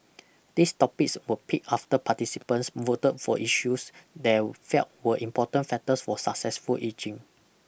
these topics were picked after participants voted for issues they'll felt were important factors for successful ageing